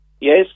Yes